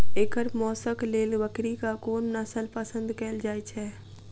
एकर मौशक लेल बकरीक कोन नसल पसंद कैल जाइ छै?